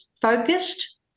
focused